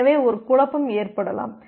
எனவே ஒரு குழப்பம் ஏற்படலாம்